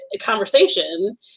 conversation